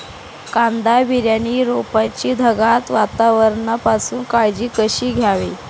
कांदा बियाणे रोपाची ढगाळ वातावरणापासून काळजी कशी घ्यावी?